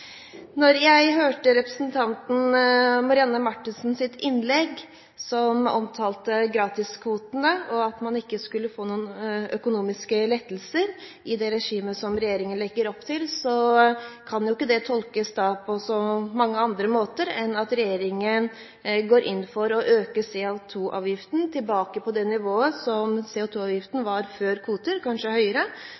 jeg hørte representanten Marianne Marthinsens innlegg, der hun omtalte gratiskvotene og at man ikke skulle få noen økonomiske lettelser i det regimet som regjeringen legger opp til, kan jo ikke det tolkes på så mange andre måter enn at regjeringen går inn for å øke CO2-avgiften til det nivået som